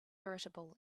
irritable